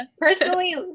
Personally